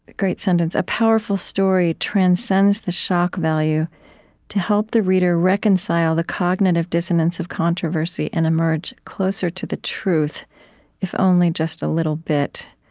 great sentence. a powerful story transcends the shock value to help the reader reconcile the cognitive dissonance of controversy and emerge closer to the truth if only just a little bit.